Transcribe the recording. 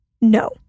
No